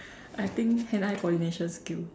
I think hand eye coordination skill